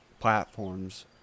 platforms